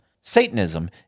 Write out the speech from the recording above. Satanism